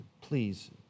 please